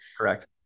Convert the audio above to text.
Correct